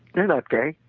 they're not gay.